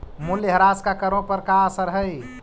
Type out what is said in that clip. मूल्यह्रास का करों पर का असर हई